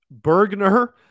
Bergner